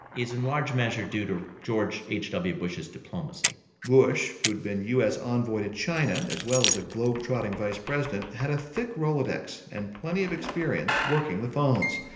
is in large measure due to george h w. bush's diplomacy bush, who had been u s. envoy to china as well as a globetrotting vice president, had a thick rolodex and plenty of experience working the phones.